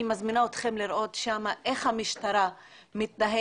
אני מזמינה אתכם לראות איך המשטרה מתנהגת